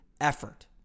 effort